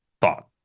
thought